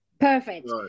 Perfect